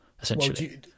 essentially